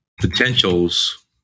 potentials